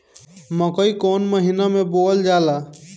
मकई कौन महीना मे बोअल जाला?